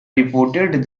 reported